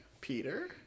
Peter